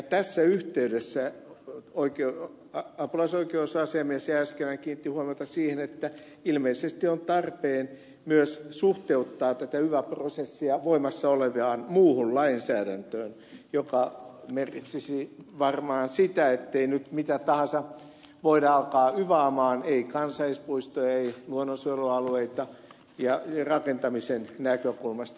tässä yhteydessä apulaisoikeusasiamies jääskeläinen kiinnitti huomiota siihen että ilmeisesti on tarpeen myös suhteuttaa tämä yva prosessi voimassa olevaan muuhun lainsäädäntöön mikä merkitsisi varmaan sitä ettei nyt mitä tahansa voida alkaa yvata ei kansallispuistoja ei luonnonsuojelualueita rakentamisen näkökulmasta